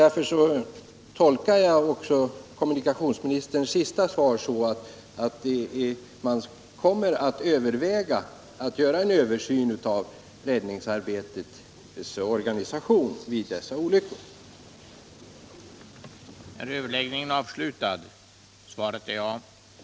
Därför tolkar jag kommunikationsministerns senaste svar så all möjligheten att göra en Översyn av räddningsarbetets organisation vid dessa olyckor kommer att övervägas.